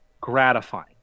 gratifying